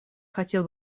хотел